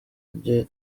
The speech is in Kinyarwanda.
ijya